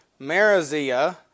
Marizia